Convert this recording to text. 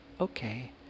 Okay